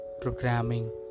programming